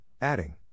adding